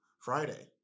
Friday